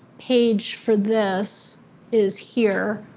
page for this is here.